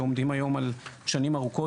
שהיום עומדים על שנים ארוכות,